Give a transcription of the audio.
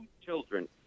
children